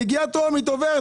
מגיעה טרומית, עוברת.